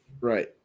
Right